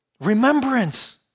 Remembrance